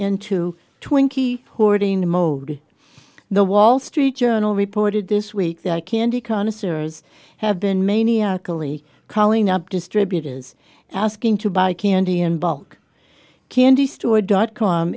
into twinkie hoarding mode the wall street journal reported this week that candy connoisseurs have been maniac only calling up distribute is asking to buy candy in bulk candy store dot com